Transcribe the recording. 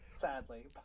Sadly